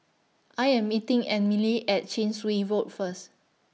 I Am meeting Emilie At Chin Swee Road First